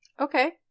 Okay